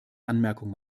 anmerkung